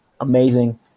amazing